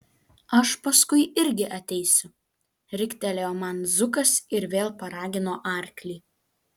aš paskui irgi ateisiu riktelėjo man zukas ir vėl paragino arklį